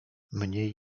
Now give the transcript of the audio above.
mniej